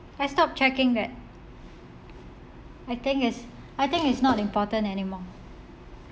I stop checking that I think it's I think it's not important anymore